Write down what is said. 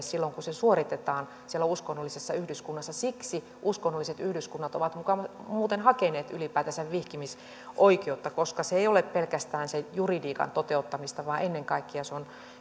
silloin kun se suoritetaan siellä uskonnollisessa yhdyskunnassa siksi uskonnolliset yhdyskunnat ovat muuten hakeneet ylipäätänsä vihkimisoikeutta koska se ei ole pelkästään sitä juridiikan toteuttamista vaan ennen kaikkea se on